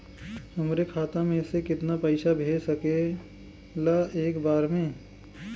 हमरे खाता में से कितना पईसा भेज सकेला एक बार में?